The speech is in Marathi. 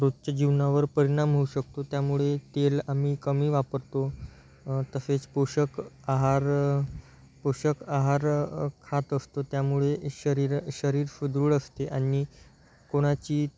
रोजच्या जीवनावर परिणाम होऊ शकतो त्यामुळे तेल आम्ही कमी वापरतो तसेच पोषक आहार पोषक आहार खात असतो त्यामुळे शरीरं शरीर सुदृढ असते आणि कोणाची